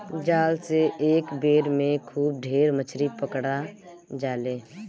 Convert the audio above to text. जाल से एक बेर में खूब ढेर मछरी पकड़ा जाले